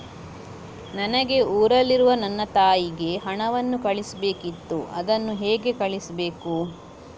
ನನಗೆ ಊರಲ್ಲಿರುವ ನನ್ನ ತಾಯಿಗೆ ಹಣವನ್ನು ಕಳಿಸ್ಬೇಕಿತ್ತು, ಅದನ್ನು ಹೇಗೆ ಕಳಿಸ್ಬೇಕು?